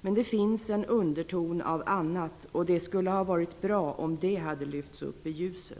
Men det finns en underton av något annat. Det skulle varit bra om detta lyfts upp i ljuset.